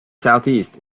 southeast